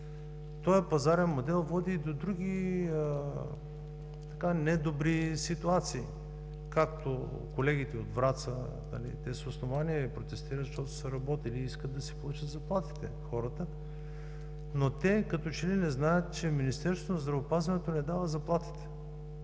Този пазарен модел води до други недобри ситуации, както колегите от Враца с основание протестират, защото са работили и искат да си получат заплатите хората. Но те като че ли не знаят, че Министерството на здравеопазването не дава заплатите.